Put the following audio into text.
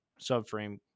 subframe